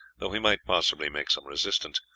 though he might possibly make some resistance.